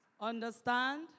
Understand